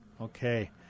Okay